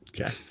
Okay